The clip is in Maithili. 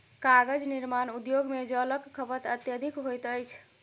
कागज निर्माण उद्योग मे जलक खपत अत्यधिक होइत अछि